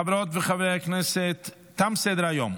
חברות וחברי הכנסת, תם סדר-היום.